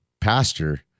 pasture